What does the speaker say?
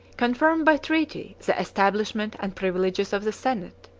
confirmed by treaty the establishment and privileges of the senate,